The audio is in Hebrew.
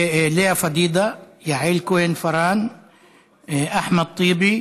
לאה פדידה, יעל כהן-פארן, אחמד טיבי,